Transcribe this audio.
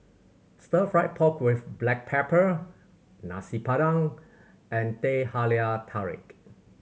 Stir Fried Pork With Black Pepper Nasi Padang and Teh Halia Tarik